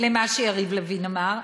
למה שיריב לוין אמר.